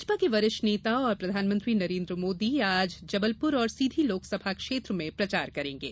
भाजपा के वरिष्ठ नेता और प्रधानमंत्री नरेन्द्र मोदी आज जबलपुर और सीधी लोकसभा क्षेत्र में प्रचार करेंगे